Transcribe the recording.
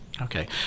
Okay